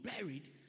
buried